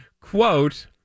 quote